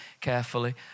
carefully